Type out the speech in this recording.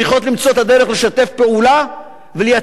צריכה למצוא את הדרך לשתף פעולה ולייצר